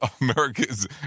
America's